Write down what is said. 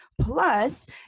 Plus